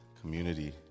community